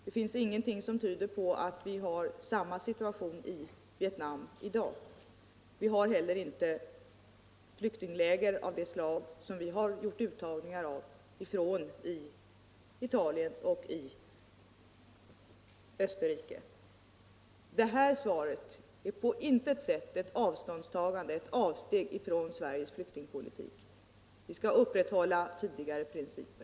Det finns ingenting som tyder på att det råder samma situation i Vietnam i dag. Man har inte heller flyktingläger av det slag som vi gjort uttagningar från i Italien och Österrike. Detta svar är på intet sätt ett avsteg från Sveriges flyktingpolitik. Vi skall upprätthålla tidigare principer.